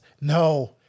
no